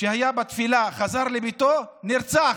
שהיה בתפילה, חזר לביתו, נרצח.